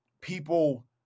people